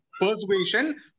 persuasion